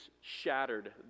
shattered